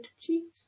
cheese